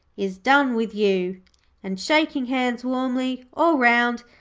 is, done with you and, shaking hands warmly all round,